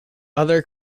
other